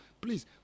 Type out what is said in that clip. please